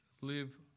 Live